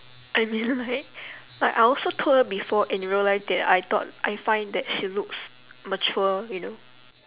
I mean like like I also told her before in real life that I thought that I find that she looks mature you know